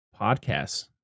podcasts